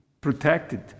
protected